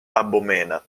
abomena